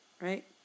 right